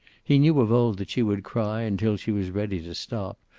he knew of old that she would cry until she was ready to stop,